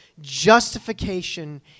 justification